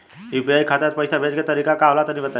UPI खाता से पइसा भेजे के तरीका का होला तनि बताईं?